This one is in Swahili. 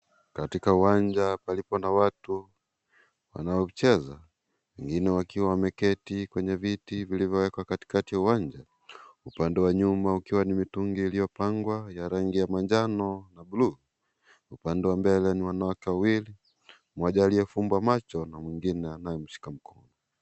Katika uwanja palipo na watu wanaocheza wengine wakiwa wameketi kwenye viti vilivyowekwa katikati ya uwanja upande wa nyuma ukiwa ni mitungi uliopangwa ya rangi ya manjano na bluu upande wa mbele ni wanawake wawili mmoja aliyefumba macho na mwingine anayemshika mkono.